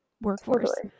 workforce